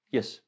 Yes